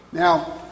Now